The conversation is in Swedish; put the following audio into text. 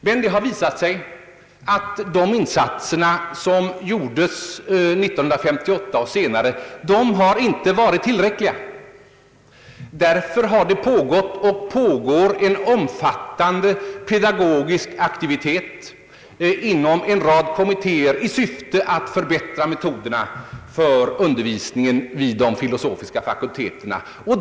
Men det har visat sig att de insatser som gjordes 1958 och därefter inte har varit tillräckliga. Därför har pågått och pågår en omfattande pedagogisk aktivitet inom en rad kommittéer med syfte att förbättra metoderna för undervisningen vid de filosofiska fakulteterna.